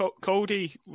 Cody